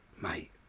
mate